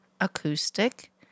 acoustic